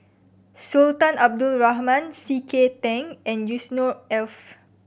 Sultan Abdul Rahman C K Tang and Yusnor Ef